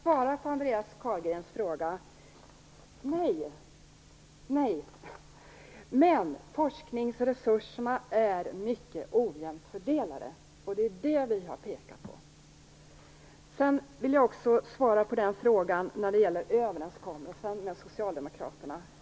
Herr talman! Jag skall svara på Andreas Carlgrens fråga. Nej, men resurserna är mycket ojämnt fördelade. Det är det som vi har pekat på. Jag vill också svara när det gäller överenskommelsen med Socialdemokraterna.